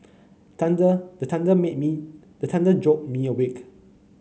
thunder the thunder make me the thunder jolt me awake